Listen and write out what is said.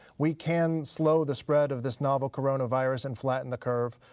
we can slow the spread of this novel coronavirus and flatten the curve.